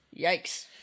Yikes